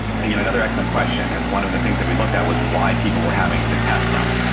and you know another excellent question, and one of the things that we looked at was why people were having the test done,